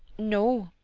no.